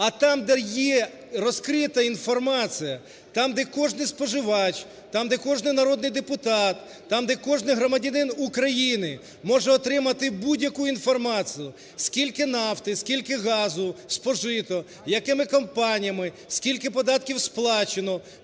А там, де є розкрита інформація, там, де кожний споживач, там, де кожен народний депутат, там, де кожний громадянин України може отримати будь-яку інформацію: скільки нафти, скільки газу спожито, якими компаніями, скільки податків сплачено,